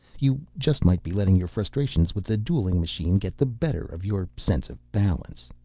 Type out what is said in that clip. you just might be letting your frustrations with the dueling machine get the better of your sense of balance.